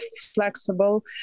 flexible